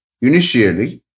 Initially